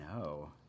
No